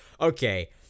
okay